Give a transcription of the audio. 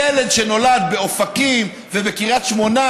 ילד שנולד באופקים ובקריית שמונה,